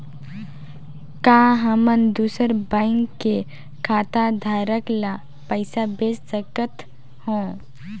का हमन दूसर बैंक के खाताधरक ल पइसा भेज सकथ हों?